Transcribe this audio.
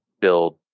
build